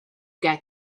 got